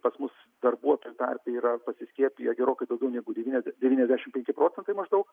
pas mus darbuotojų tarpe yra pasiskiepiję gerokai daugiau negu devyne devyniasdešimt penki procentai maždaug